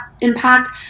impact